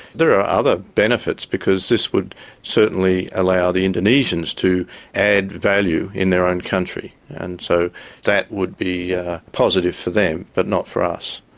there are other benefits because this would certainly allow the indonesians to add value in their own country and so that would be positive for them, but not for us.